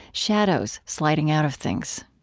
shadows sliding out of things.